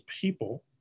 people